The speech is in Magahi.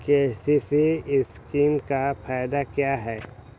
के.सी.सी स्कीम का फायदा क्या है?